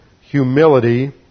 humility